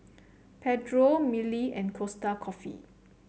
Pedro Mili and Costa Coffee